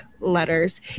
letters